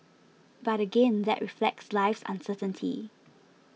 but again that reflects life's uncertainty